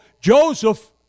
Joseph